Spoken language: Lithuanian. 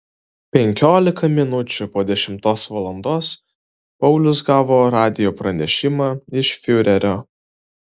penkiolika minučių po dešimtos valandos paulius gavo radijo pranešimą iš fiurerio